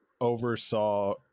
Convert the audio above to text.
oversaw